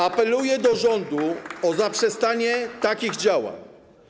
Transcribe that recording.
Apeluję do rządu o zaprzestanie takich działań.